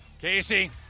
Casey